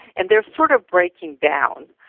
and they are sort of breaking down.